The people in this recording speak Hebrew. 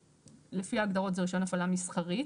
לפי ההגדרות זה רישיון הפעלה מסחרית.